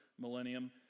millennium